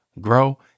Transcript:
grow